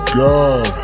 god